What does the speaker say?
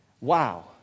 Wow